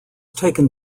taken